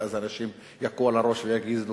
ואז אנשים יכו על הראש ויגידו: